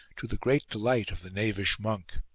to the great delight of the knavish monk.